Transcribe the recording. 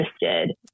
interested